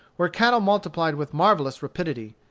where cattle multiplied with marvellous rapidity,